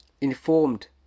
informed